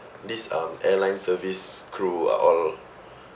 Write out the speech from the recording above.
this um airline service crew are all